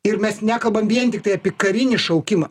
ir mes nekalbam vien tiktai apie karinį šaukimą